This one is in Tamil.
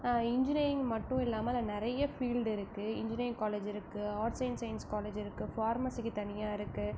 இன்ஜினியரிங் மட்டும் இல்லாமல் அதில் நிறைய ஃபீல்ட் இருக்குது இன்ஜினியரிங் காலேஜ் இருக்குது ஆர்ட்ஸ் அண்ட் சயின்ஸ் காலேஜ் இருக்குது ஃபார்மஸிக்கு தனியாக இருக்குது